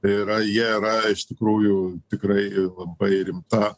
yra jie yra iš tikrųjų tikrai labai rimta